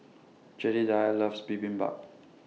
Jedidiah loves Bibimbap